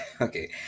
okay